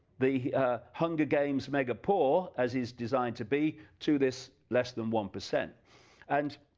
the hunger games mega-poor as is designed to be, to this less than one percent and,